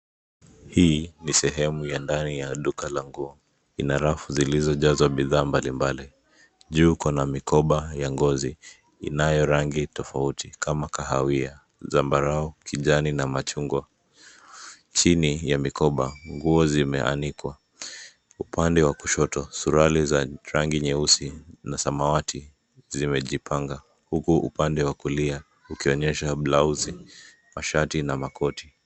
Hii ni sehemu ya ndani ya duka la nguo. Lina rafu zilizojazwa bidhaa mbalimbali. Juu kuna mikoba ya ngozi; inayo rangi tofauti kama kahawia, zambarau, kijani na machungwa. Chini ya mikoba nguo zimeanikwa. Upande wa kushoto suruali za rangi nyeusi na samawati zimejipanga, huku upande wa kulia ukionyesha blauzi, mashati na makoti.